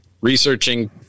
researching